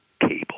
cable